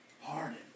hardened